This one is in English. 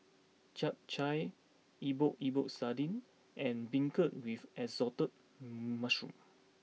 Chap Chai Epok Epok Sardin and Beancurd with Assorted Mushroom